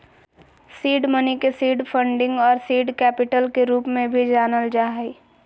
seed money के seed funding आर seed capital के रूप में भी जानल जा हइ